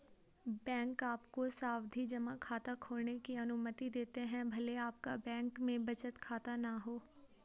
bank आपको सावधि जमा खाता खोलने की अनुमति देते हैं भले आपका बैंक में बचत खाता न हो